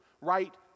right